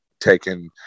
taken